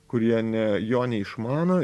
kurie ne jo neišmano